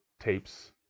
tapes